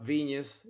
Venus